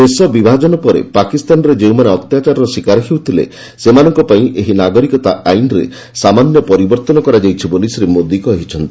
ଦେଶ ବିଭାଜନ ପରେ ପାକିସ୍ତାନରେ ଯେଉଁମାନେ ଅତ୍ୟାଚାର ଶିକାର ହେଉଥିଲେ ସେମାନଙ୍କ ପାଇଁ ଏହି ନାଗରିକତା ଆଇନରେ ସାମାନ୍ୟ ପରିବର୍ତ୍ତନ କରାଯାଇଛି ବୋଲି ଶ୍ରୀ ମୋଦି କହିଛନ୍ତି